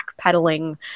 backpedaling